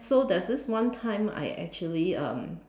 so there is this one time that I actually um